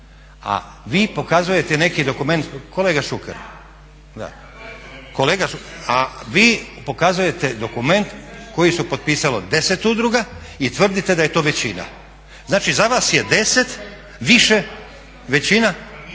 a vi pokazujete neki dokument, kolega Šuker, da, a vi pokazujete dokument koji su potpisalo 10 udruga i tvrdite da je to većina. Znači za vas je 10 više, većina u